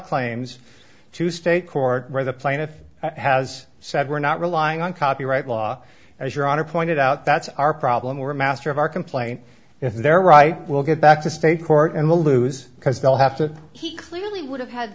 claims to state court where the plaintiff has said we're not relying on copyright law as your honor pointed out that's our problem or a master of our complaint if they're right we'll get back to state court and we'll lose because they'll have to he clearly would have had